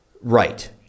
Right